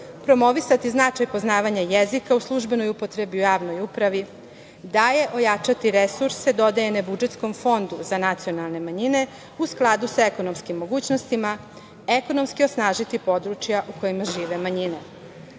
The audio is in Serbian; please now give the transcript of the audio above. promovisati značaj poznavanja jezika u službenoj upotrebi u javnoj upravi. Dalje, ojačati resurse dodeljene budžetskom fondu za nacionalne manjine u skladu sa ekonomskim mogućnostima, ekonomski osnažiti područja u kojima žive manjine. Evropska